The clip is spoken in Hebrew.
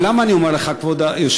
אבל למה אני אומר לך, כבוד היושב-ראש?